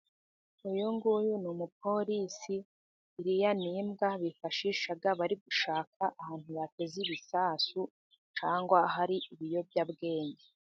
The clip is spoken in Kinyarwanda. Uyu nguyu ni umupolisi ,iriya ni imbwa bifashisha bari gushaka ahantu bateze ibisasu ,cyangwa hari ibiyobyabwenge.